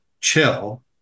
chill